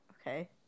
okay